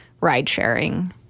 ride-sharing